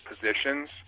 positions